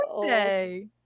birthday